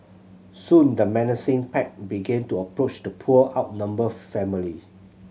soon the menacing pack began to approach the poor outnumbered family